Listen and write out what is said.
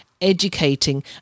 educating